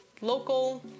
local